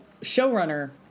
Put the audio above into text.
showrunner